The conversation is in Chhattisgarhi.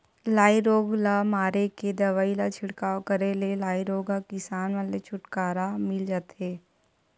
लाई रोग ल मारे के दवई ल छिड़काव करे ले लाई रोग ह किसान मन ले छुटकारा मिल जथे